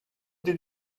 did